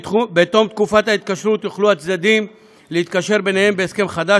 בתום תקופת ההתקשרות יוכלו הצדדים להתקשר ביניהם בהסכם חדש,